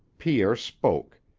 pierre spoke,